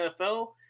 NFL